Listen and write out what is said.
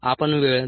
आपण वेळ 2